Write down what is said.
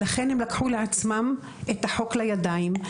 לכן הם לקחו את החוק לידיים של עצמם,